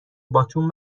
باتوم